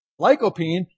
Lycopene